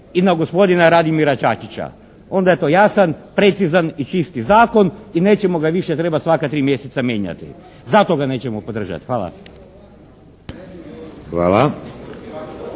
i na gospodina Radimira Čačića, onda je to jasan, precizan i čisti zakon i nećemo ga više trebati svaka tri mjeseca mijenjati. Zato ga nećemo podržati. Hvala.